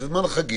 זה זמן חגים.